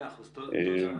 תודה.